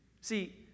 See